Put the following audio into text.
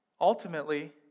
Ultimately